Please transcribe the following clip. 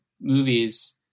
movies